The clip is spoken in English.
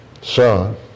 Son